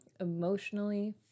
emotionally